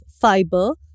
fiber